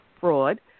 fraud